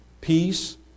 peace